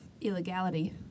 illegality